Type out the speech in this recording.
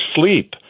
sleep